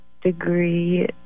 degree